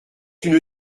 une